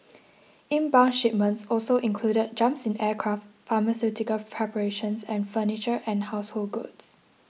inbound shipments also included jumps in aircraft pharmaceutical preparations and furniture and household goods